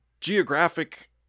geographic